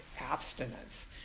abstinence